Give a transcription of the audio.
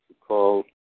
call